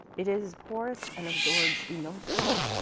it is porous and absorbs the moisture.